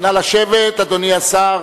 נא לשבת, אדוני השר.